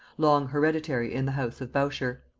long hereditary in the house of bourchier.